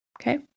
okay